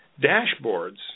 dashboards